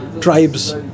tribes